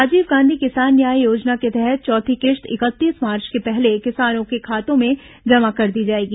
राजीव गांधी किसान न्याय योजना के तहत चौथी किश्त इकतीस मार्च के पहले किसानों के खातों में जमा कर दी जाएगी